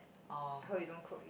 I hope you don't cook